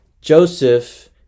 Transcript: Joseph